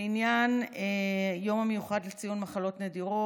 לעניין היום המיוחד לציון מחלות נדירות,